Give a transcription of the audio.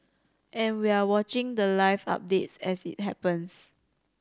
and we're watching the live updates as it happens